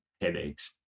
headaches